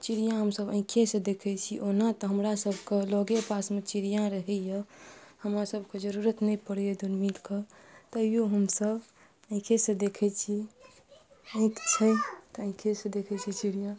चिड़िआ हमसब आँखि सऽ देखै छी ओना तऽ हमरा सबके लगे पासमे चिड़िआ रहैया हमरा सबके जरूरत नहि पड़ैया दुरबीनके तैयो हमसब आँखि से देखै छी नहि छै तऽ आँखि सऽ देखै छी चिड़िआ